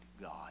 God